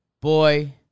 boy